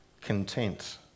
content